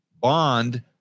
bond